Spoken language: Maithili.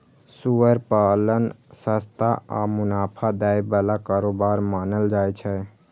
सुअर पालन सस्ता आ मुनाफा दै बला कारोबार मानल जाइ छै